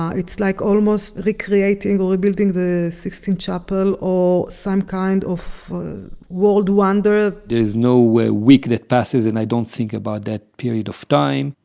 um it's like almost recreating or rebuilding the sistine chapel or some kind of world wonder there's no week that passes and i don't think about that period of time.